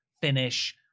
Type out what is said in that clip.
finish